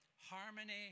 Harmony